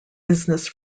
business